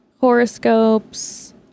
Horoscopes